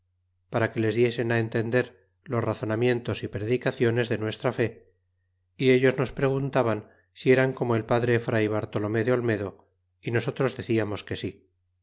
para que les diesen entender los razonamientos y predicaciones de nuestra fé y ellos nos preguntaban si eran como el padre fray bartolomé de olmedo y nosotros deciamos que si